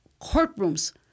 courtrooms